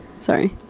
Sorry